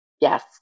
Yes